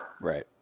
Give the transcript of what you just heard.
right